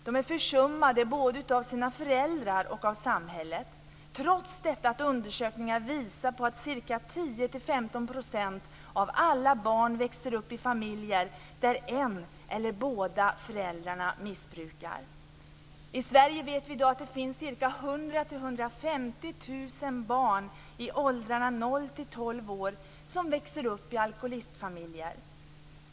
De är försummade både av sina föräldrar och av samhället, trots att undersökningar visar på att 10 15 % av alla barn växer upp i familjer där en förälder eller båda föräldrarna missbrukar. Vi vet att det i Sverige i dag finns 100 000-150 000 barn i åldrarna 0-12 år som växer upp i alkoholistfamiljer.